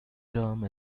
term